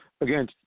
Again